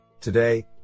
Today